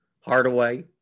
Hardaway